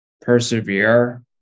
persevere